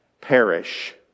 perish